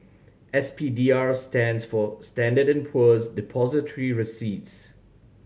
S P D R stands for Standard and Poor's Depository Receipts